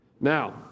Now